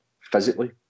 physically